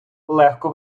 легко